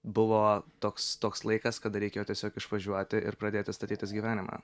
buvo toks toks laikas kada reikėjo tiesiog išvažiuoti ir pradėti statytis gyvenimą